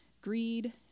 greed